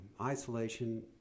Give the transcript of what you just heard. isolation